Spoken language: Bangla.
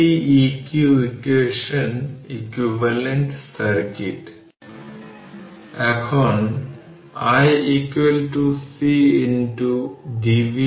এবং সুইচ বন্ধ করার আগে গণনা করতে হবে প্রথমে মোট এনার্জি এবং সুইচ বন্ধ করার পরে মোট এনার্জি কত এখানে কিছু মজার জিনিস দেখা হবে